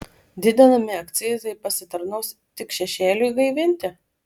didinami akcizai pasitarnaus tik šešėliui gaivinti